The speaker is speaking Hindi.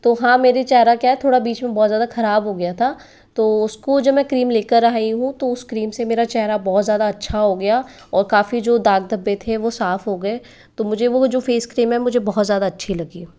तो हाँ मेरे चेहरा क्या है थोड़ा बीच में बहुत ज़्यादा खराब हो गया था तो उसको जब मैं क्रीम लेकर आई हूँ तो उस क्रीम से मेरा चेहरा बहुत ज़्यादा अच्छा हो गया और काफ़ी जो दाग धब्बे थे वो साफ़ हो गए तो मुझे वो जो फ़ेस क्रीम है मुझे बहुत ज़्यादा अच्छी लगी